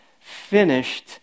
finished